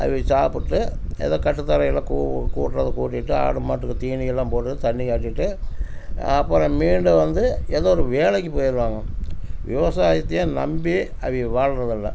அவக சாப்பிட்டு ஏதோ கட்டுத்தரையில் கூ கூட்டுறத கூட்டிவிட்டு ஆடு மாட்டுக்கு தீனியெல்லாம் போட்டு தண்ணி காட்டிவிட்டு அப்புறம் மீண்டும் வந்து ஏதோ ஒரு வேலைக்கு போயிடுவாங்க விவசாயத்தையே நம்பி அவக வாழ்கிறதல்ல